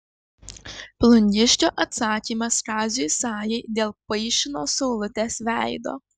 plungiškio atsakymas kaziui sajai dėl paišino saulutės veido